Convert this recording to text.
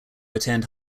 attend